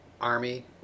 army